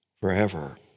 forever